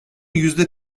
yüzde